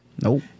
Nope